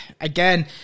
Again